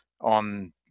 on